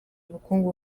ubukungu